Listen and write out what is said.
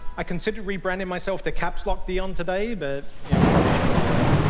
i considered rebranding myself the caps lock dion today, but probably shouldn't do that